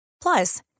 Plus